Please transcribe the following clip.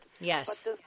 yes